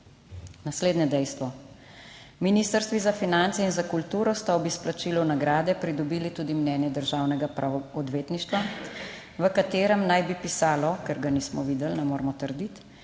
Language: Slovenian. Naslednje dejstvo; Ministrstvi za finance in za kulturo sta ob izplačilu nagrade pridobili tudi mnenje državnega odvetništva, v katerem naj bi pisalo, ker ga nismo videli, ne moremo trditi,